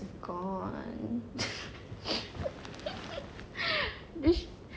gone